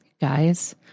guys